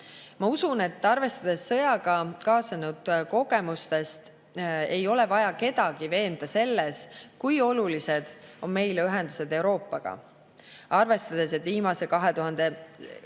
Ma usun, et arvestades sõjaga kaasnenud kogemusi ei ole vaja kedagi veenda selles, kui olulised on meile ühendused Euroopaga. Arvestades, et võrreldes